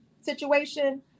situation